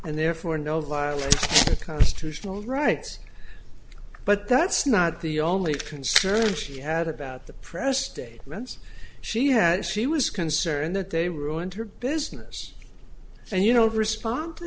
and therefore no lying constitutional rights but that's not the only concern she had about the press statements she had she was concerned that they ruined her business and you know respond to